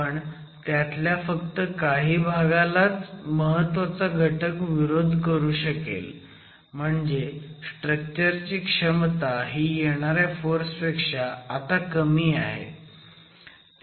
पण त्यातल्या फक्त काही भागलाच महत्वाचा घटक विरोध करू शकेल म्हणजे स्ट्रक्चरची क्षमता ही येणाऱ्या फोर्स पेक्षा आता कमी आहे